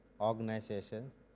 organizations